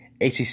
ACC